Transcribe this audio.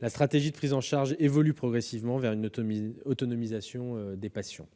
La stratégie de prise en charge évolue progressivement vers une autonomisation des patients.